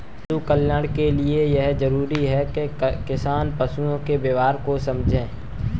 पशु कल्याण के लिए यह जरूरी है कि किसान पशुओं के व्यवहार को समझे